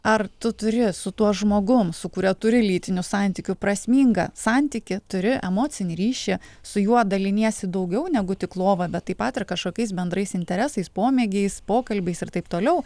ar tu turi su tuo žmogum su kuria turi lytinių santykių prasmingą santykį turi emocinį ryšį su juo daliniesi daugiau negu tik lova bet taip pat ir kažkokiais bendrais interesais pomėgiais pokalbiais ir taip toliau